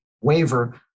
waiver